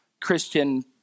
Christian